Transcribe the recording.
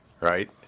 Right